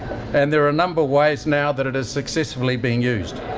and there are a number of ways now that it is successfully being used.